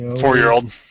Four-year-old